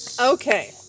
Okay